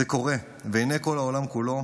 זה קורה לעיני כל העולם כולו,